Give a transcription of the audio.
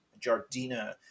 Jardina